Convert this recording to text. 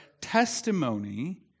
testimony